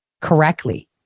correctly